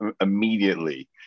immediately